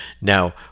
Now